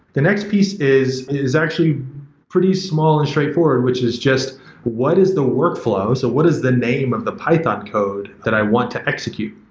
the next piece is is actually pretty small and straightforward, which is just what is the workflow? so what is the name of the python code that i want to execute?